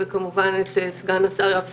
וכמובן את סגן השר יואב סגלוביץ'.